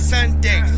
Sunday